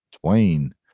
twain